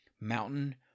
mountain